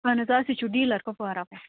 اَہَن حظ آ أسۍ حظ چھِو ڈیٖلر کۄپوارا پٮ۪ٹھ